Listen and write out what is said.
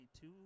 two